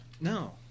No